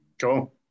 cool